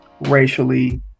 racially